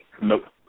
Nope